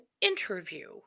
interview